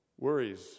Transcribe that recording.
worries